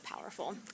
powerful